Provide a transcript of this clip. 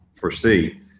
foresee